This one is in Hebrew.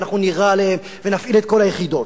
ואנחנו נירה עליהם ונפעיל את כל היחידות,